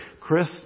Chris